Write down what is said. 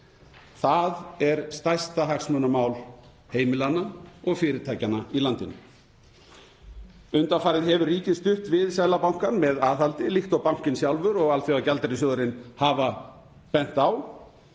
Það er stærsta hagsmunamál heimilanna og fyrirtækjanna í landinu. Undanfarið hefur ríkið stutt við Seðlabankann með aðhaldi, líkt og bankinn sjálfur og Alþjóðagjaldeyrissjóðurinn hafa bent á.